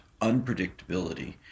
unpredictability